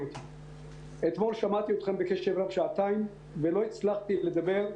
אתמול שמעתי אתכם בקשב רב שעתיים ולא הצלחתי לדבר,